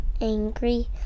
angry